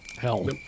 hell